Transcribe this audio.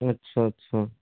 अच्छा अच्छा